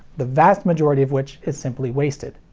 the vast majority of which is simply wasted.